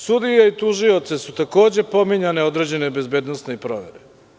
Za sudije i tužioce su takođe pominjane određene bezbednosne provere.